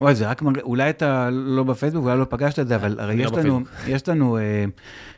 אוי, אולי אתה לא בפייסבוק ואולי לא פגשת את זה, אבל הרי יש לנו...